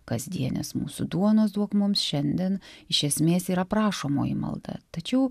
kasdienės mūsų duonos duok mums šiandien iš esmės yra prašomoji malda tačiau